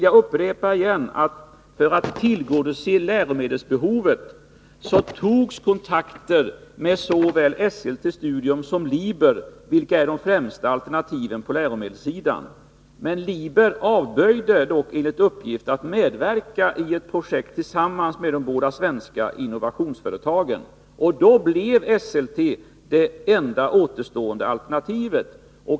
Jag upprepar att man för att tillgodose läromedelsbehovet tog kontakt med såväl Esselte Studium som Liber, vilka är de främsta alternativen på läromedelssidan. Men Liber avböjde dock enligt uppgift att medverka i ett projekt tillsammans med de båda svenska innovationsföretagen. Då blev Esselte Studium det enda återstående alternativet.